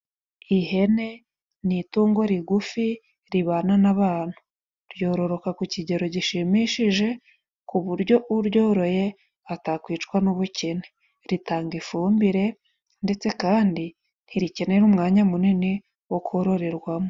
Ihene ni itungo rigufi ribana n'abantu, ryororoka ku kigero gishimishije ku buryo uryoroye atakwicwa n'ubukene, ritanga ifumbire ndetse kandi ntirikenera umwanya munini wo kororerwamo.